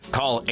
Call